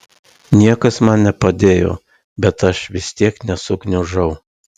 niekas man nepadėjo bet aš vis tiek nesugniužau